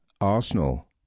Arsenal